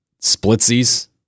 splitsies